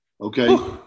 okay